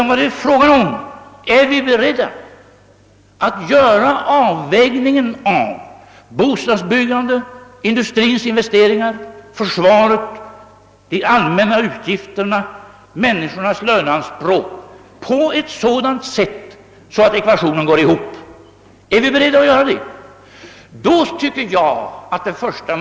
Vad det är fråga om är huruvida vi är beredda att göra en avvägning av bostadsbyggandet, industrins investeringar, försvaret, det allmännas utgifter i övrigt och människornas löneanspråk på ett sådant sätt att ekvationen går ihop. Är vi beredda att göra detta?